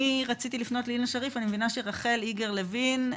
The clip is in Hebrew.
רחל איגר לוין,